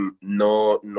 no